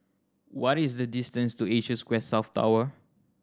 what is the distance to Asia Square South Tower